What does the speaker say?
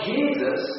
Jesus